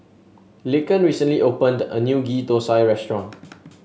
Laken recently opened a new Ghee Thosai restaurant